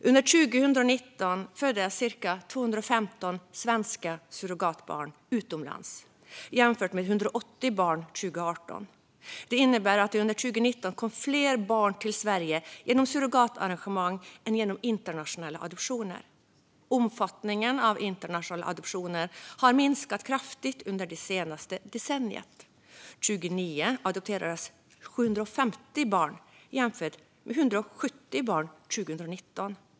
Under 2019 föddes cirka 215 svenska surrogatbarn utomlands, jämfört med 180 barn 2018. Det innebär att det under 2019 kom fler barn till Sverige genom surrogatarrangemang än genom internationella adoptioner. Omfattningen av internationella adoptioner har minskat kraftigt under det senaste decenniet. År 2009 adopterades 750 barn jämfört med 170 barn 2019.